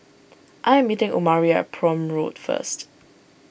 I am meeting Omari Prome Road first